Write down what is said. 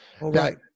right